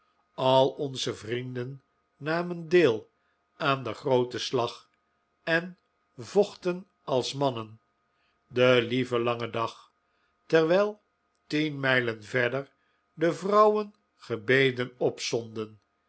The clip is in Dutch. al onze vrienden namen deel aan den grooten slag en vochten als mannen den lieven langen dag terwijl tien mijlen verder de vrouwen gebeden